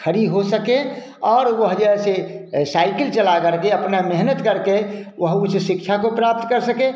खड़ी हो सकें और वह जैसे साइकिल चलाकर के अपना मेहनत करके वह उस शिक्षा को प्राप्त कर सकें